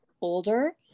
older